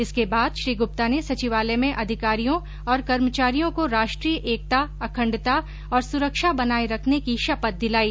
इसके बाद श्री गुप्ता ने सचिवालय में अधिकारियों और कर्मचारियों को राष्ट्रीय एकता अखण्डता और सुरक्षा बनाये रखने की शपथ दिलाई